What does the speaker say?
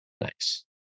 nice